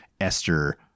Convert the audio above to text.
esther